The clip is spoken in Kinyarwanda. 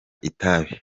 itabi